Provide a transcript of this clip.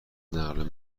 نقل